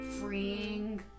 freeing